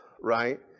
right